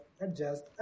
adjust